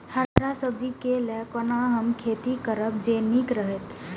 हरा सब्जी के लेल कोना हम खेती करब जे नीक रहैत?